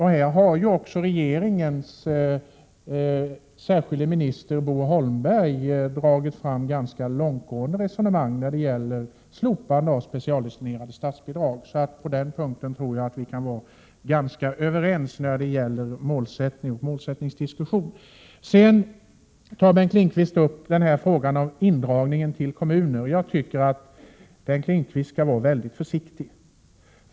Här har ju också regeringens särskilda minister Bo Holmberg tagit fram ganska långtgående resonemang när det gäller slopande av specialdestinerade statsbidrag, så på den punkten tror jag vi kan vara ganska överens i målsättningsdiskussionen. Sedan tar Bengt Lindqvist upp frågan om indragningar från kommunerna. Jag tycker att Bengt Lindqvist skall vara väldigt försiktig i det fallet.